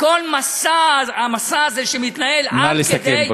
כל המסע הזה, שמתנהל עד כדי, נא לסכם.